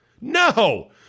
No